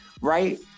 right